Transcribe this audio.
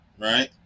right